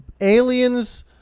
Aliens